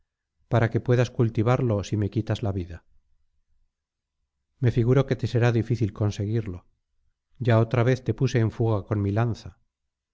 para que puedas cultivarlo si me quitas la vida me figuro que te será difícil conseguirlo ya otra vez te puse en fuga con mi lanza